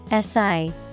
SI